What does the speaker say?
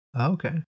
Okay